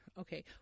Okay